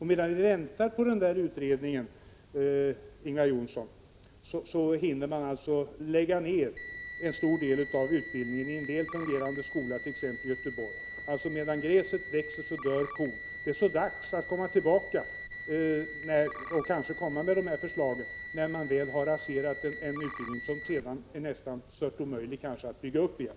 Medan vi väntar på utredningen, Ingvar Johnsson, hinner en stor del av utbildningen läggas ned i en väl fungerande skola, t.ex. i Göteborg. Medan gräset växer dör kon. Det är så dags att komma tillbaka med de här förslagen när man väl har raserat en utbildning som det sedan är stört omöjligt att bygga upp igen.